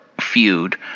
feud